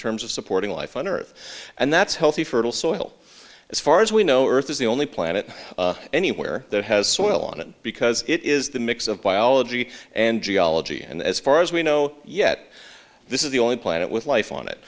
terms of supporting life on earth and that's healthy fertile soil as far as we know earth is the only planet anywhere that has soil on it because it is the mix of biology and geology and as far as we know yet this is the only planet with life on it